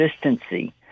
consistency